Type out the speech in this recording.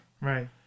Right